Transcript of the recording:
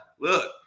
Look